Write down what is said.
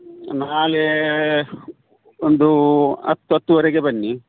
ನಾಳೆ ಒಂದೂ ಹತ್ತು ಹತ್ತುವರೆಗೆ ಬನ್ನಿ